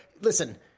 listen